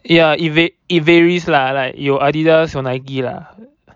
ya it var~ varies lah like 有 Adidas or Nike lah